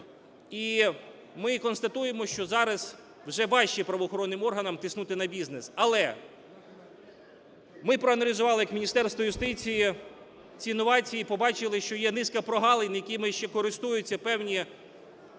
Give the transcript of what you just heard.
І ми констатуємо, що зараз вже важче правоохоронним органам тиснути на бізнес. Але ми проаналізували як Міністерство юстиції ці новації і побачили, що є низка прогалин, якими ще користуються певні